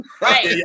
Right